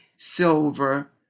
silver